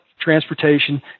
transportation